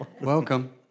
Welcome